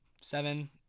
seven